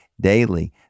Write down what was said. daily